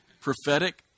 prophetic